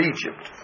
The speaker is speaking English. Egypt